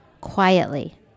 quietly